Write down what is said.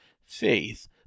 faith